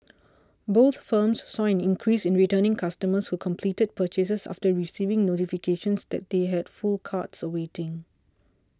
both firms saw an increase in returning customers who completed purchases after receiving notifications that they had full carts waiting